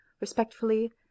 respectfully